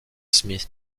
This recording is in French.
smith